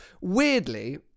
weirdly